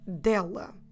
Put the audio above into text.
dela